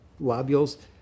lobules